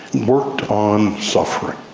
worked on suffering,